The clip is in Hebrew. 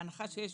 בהנחה שיש